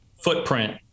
footprint